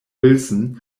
wilson